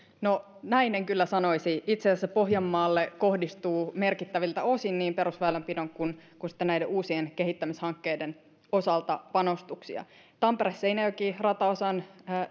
no näin en kyllä sanoisi itse asiassa pohjanmaalle kohdistuu merkittäviltä osin niin perusväylänpidon kuin sitten näiden uusien kehittämishankkeiden osalta panostuksia tampere seinäjoki rataosan